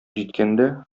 җиткәндә